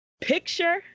picture